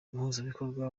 umuhuzabikorwa